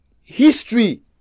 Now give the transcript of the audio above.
history